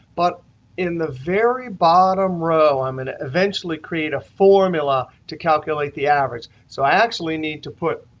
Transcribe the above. but in the very bottom row, i'm going to eventually create a formula to calculate the average. so i actually need to put